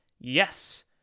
Yes